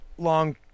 Long